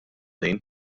din